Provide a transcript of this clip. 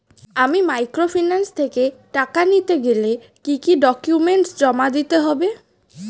আমি মাইক্রোফিন্যান্স থেকে টাকা নিতে গেলে কি কি ডকুমেন্টস জমা দিতে হবে?